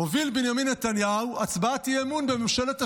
בנימין נתניהו הוביל הצבעת אי-אמון בממשלת השינוי.